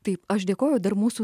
taip aš dėkoju dar mūsų